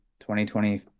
2020